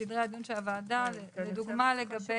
סדרי הדין של הוועדה, לדוגמא לגבי